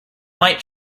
might